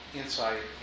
insight